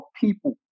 people